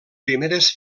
primeres